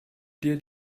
dir